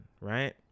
right